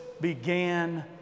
began